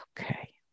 okay